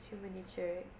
it's human nature